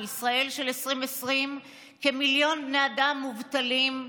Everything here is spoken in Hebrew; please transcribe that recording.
בישראל של 2020 כמיליון בני אדם מובטלים,